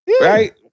right